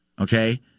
Okay